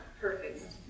Perfect